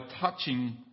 touching